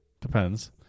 Depends